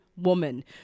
Woman